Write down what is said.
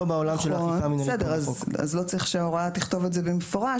אז לא צריך שההוראה תכתוב את זה במפורש.